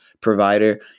provider